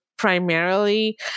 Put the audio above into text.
primarily